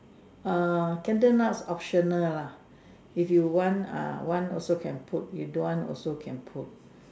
err candle nuts optional lah if you want ah want also can put don't want also can put